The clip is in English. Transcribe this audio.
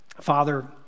Father